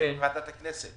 אישור מוועדת הכנסת.